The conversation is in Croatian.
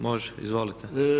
Može, izvolite.